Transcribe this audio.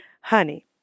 honey